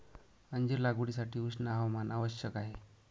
अंजीर लागवडीसाठी उष्ण हवामान आवश्यक आहे